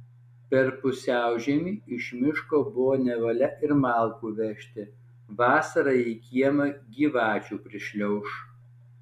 per pusiaužiemį iš miško buvo nevalia ir malkų vežti vasarą į kiemą gyvačių prišliauš